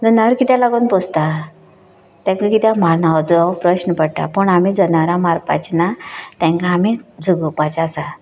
जनावरां कित्याक लागून पोसतात ताका कित्याक मानवचो म्हजो हो प्रस्न पडटा पूण आमी जनावरांक मारपाचे ना तांकां आमी जगोवपाचे आसा